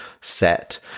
set